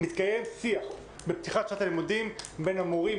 מתקיים שיח בפתיחת שנת הלימודים בין מורים,